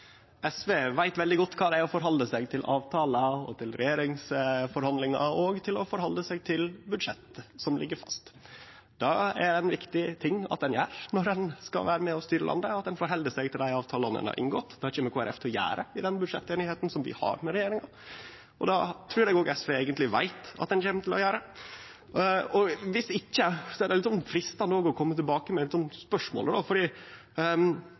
SV veit veldig godt kva det er å halde seg til avtalar og til regjeringsforhandlingar, og til budsjett som ligg fast. Det er det ein viktig ting at ein gjer når ein skal vere med og styre landet: at ein held seg til dei avtalane ein har inngått. Det kjem Kristeleg Folkeparti til å gjere i den budsjetteinigheita som vi har med regjeringa, og det trur eg eigentleg òg SV veit at ein kjem til å gjere. Viss ikkje er det freistande å kome tilbake med eit spørsmål om